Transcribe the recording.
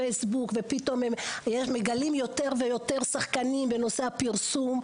פייסבוק והם מגלים יותר ויותר שחקנים בנושא הפרסום,